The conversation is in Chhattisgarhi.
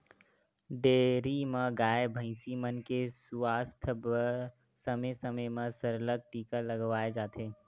डेयरी म गाय, भइसी मन के सुवास्थ बर समे समे म सरलग टीका लगवाए जाथे